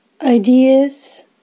ideas